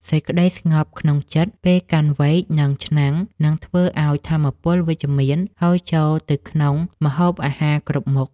សេចក្តីស្ងប់ក្នុងចិត្តពេលកាន់វែកនិងឆ្នាំងនឹងធ្វើឱ្យថាមពលវិជ្ជមានហូរចូលទៅក្នុងម្ហូបអាហារគ្រប់មុខ។